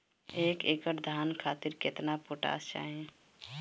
एक एकड़ धान खातिर केतना पोटाश चाही?